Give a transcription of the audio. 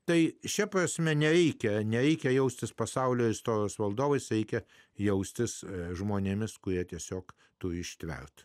tai šia prasme nereikia nereikia jaustis pasaulio istorijos valdovais reikia jaustis žmonėmis kurie tiesiog turi ištverti